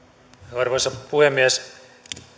arvoisa puhemies